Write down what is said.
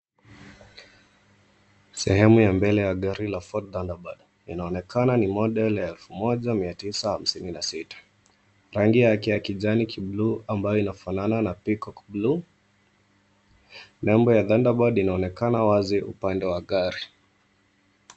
Sehemu ya mbele ya gari la Ford Thunderbird inaonekana ni model ya elfu moja mia tisa hamsini na sita. Rangi yake ya kijani kibuluu ambayo inafanana na peacock buluu. Nembo ya Thunderbird inaonekana wazi upande wa gari.